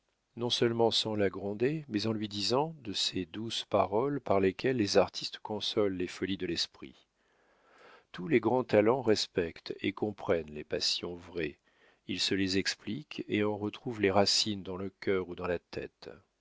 l'écoutât non-seulement sans la gronder mais en lui disant de ces douces paroles par lesquelles les artistes consolent les folies de l'esprit tous les grands talents respectent et comprennent les passions vraies ils se les expliquent et en retrouvent les racines dans le cœur ou dans la tête